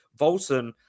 volson